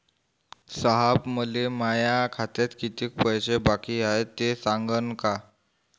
साहेब, मले माया खात्यात कितीक पैसे बाकी हाय, ते सांगान का?